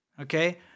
okay